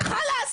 חאלאס.